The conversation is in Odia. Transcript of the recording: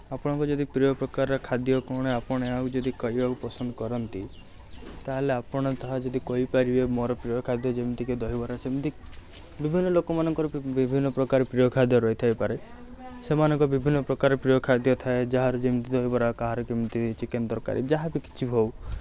ଆପଣଙ୍କର ଯଦି ପ୍ରିୟ ପ୍ରକାର ଖାଦ୍ୟ କ'ଣ ଆପଣ ଆଉ ଯଦି କହିବାକୁ ପସନ୍ଦ କରନ୍ତି ତାହେଲେ ଆପଣ ତାହା ଯଦି କହିପାରିବେ ମୋର ପ୍ରିୟ ଖାଦ୍ୟ ଯେମିତିକି ଦହିବରା ସେମିତି ବିଭିନ୍ନ ଲୋକମାନଙ୍କର ବିଭିନ୍ନ ପ୍ରକାର ପ୍ରିୟ ଖାଦ୍ୟ ରହିଥାଇ ପାରେ ସେମାନଙ୍କ ବିଭିନ୍ନ ପ୍ରକାର ପ୍ରିୟ ଖାଦ୍ୟ ଥାଏ ଯାହାର ଯେମିତି ଦହିବରା କାହାର କେମିତି ଚିକେନ୍ ତରକାରୀ ଯାହାବି କିଛି ବି ହେଉ